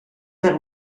per